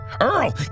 earl